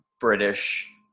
British